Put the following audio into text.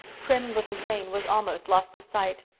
prim little jane was almost lost to sight.